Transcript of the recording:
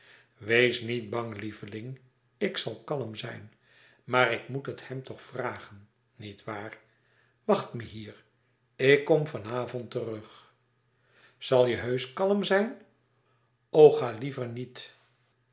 wees niet bang lieveling ik zal kalm zijn maar ik moet het hem toch vragen nietwaar wacht me hier ik kom van avond terug zal je heusch kalm zijn o ga liever niet